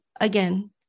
again